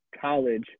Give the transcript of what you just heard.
College